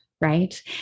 right